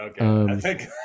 Okay